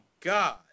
God